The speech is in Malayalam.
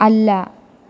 അല്ല